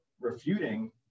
refuting